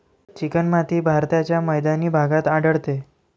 चिकणमाती भारताच्या मैदानी भागात आढळते